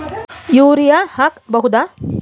Urea ಹಾಕ್ ಬಹುದ?